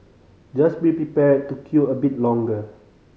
just be prepared to queue a bit longer